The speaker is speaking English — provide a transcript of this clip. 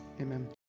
Amen